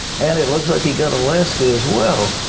and it looks like he got alaska as well.